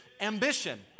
ambition